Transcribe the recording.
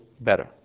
better